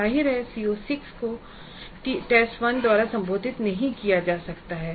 जाहिर है कि CO6 को T1 द्वारा संबोधित नहीं किया जा सकता है